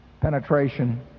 penetration